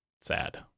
sad